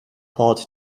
hard